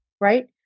right